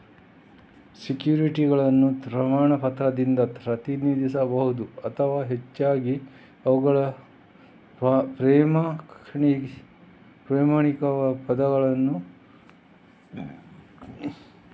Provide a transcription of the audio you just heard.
ಸೆಕ್ಯುರಿಟಿಗಳನ್ನು ಪ್ರಮಾಣ ಪತ್ರದಿಂದ ಪ್ರತಿನಿಧಿಸಬಹುದು ಅಥವಾ ಹೆಚ್ಚಾಗಿ ಅವುಗಳು ಪ್ರಮಾಣೀಕರಿಸದವುಗಳು ಆಗಿರಬಹುದು